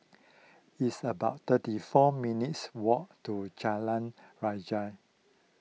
it's about thirty four minutes' walk to Jalan Rajah